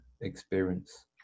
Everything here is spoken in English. experience